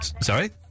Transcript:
Sorry